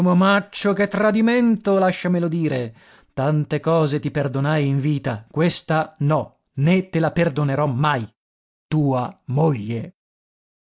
che tradimento lasciamelo dire tante cose ti perdonai in vita questa no né te la perdonerò mai tua moglie